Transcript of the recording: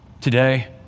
Today